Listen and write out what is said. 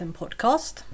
podcast